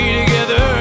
together